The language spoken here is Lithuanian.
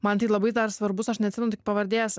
man tai labai dar svarbus aš neatsimenu tik pavardės